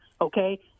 okay